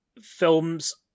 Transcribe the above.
films